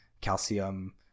calcium